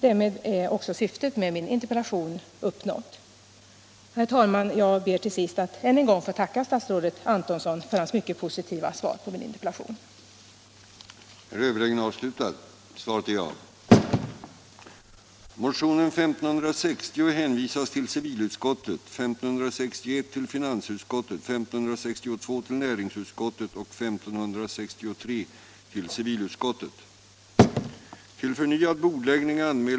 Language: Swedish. Därmed är också syftet med 19 april 1977 min interpellation uppnått. Herr talman! Jag ber till sist att än en gång få tacka statsrådet Antonsson Om meritvärdeför hans mycket positiva svar på min interpellation.